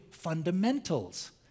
fundamentals